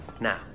Now